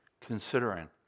considering